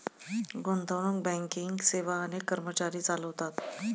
गुंतवणूक बँकिंग सेवा अनेक कर्मचारी चालवतात